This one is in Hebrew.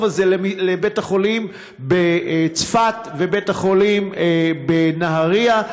הזה לבית-החולים בצפת ולבית-החולים בנהריה.